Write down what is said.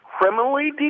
criminally